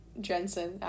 Jensen